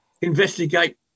investigate